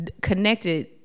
connected